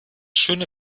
schöne